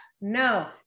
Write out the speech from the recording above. No